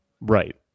Right